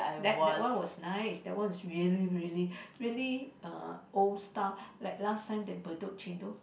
that that one was nice that one is really really really uh old style like last time the Bedok chendol